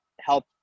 help